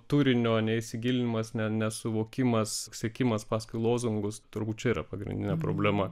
turinio neįsigilinimas ne nesuvokimas sekimas paskui lozungus turbūt yra pagrindinė problema